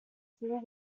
four